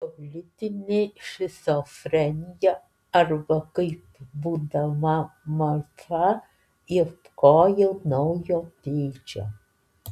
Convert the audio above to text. politinė šizofrenija arba kaip būdama maža ieškojau naujo tėčio